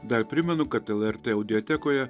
dar primenu kad lrt audiotekoje